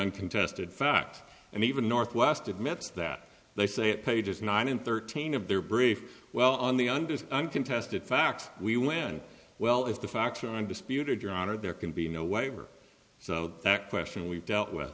uncontested facts and even northwest admits that they say pages nine and thirteen of their brief well on the under uncontested facts we win well if the facts are undisputed your honor there can be no waiver so that question we've dealt with